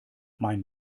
mein